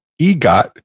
EGOT